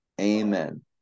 Amen